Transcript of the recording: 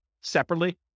separately